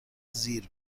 زیر